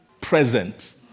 present